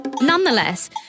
Nonetheless